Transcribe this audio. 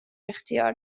اختیار